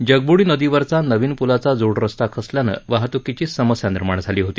जगब्डी नदीवरचा नवीन प्लाचा जोड रस्ता खचल्यानं वाहत्कीची समस्या निर्माण झाली होती